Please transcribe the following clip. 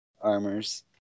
armors